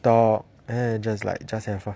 talk and just like just